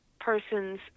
person's